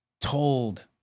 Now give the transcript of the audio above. told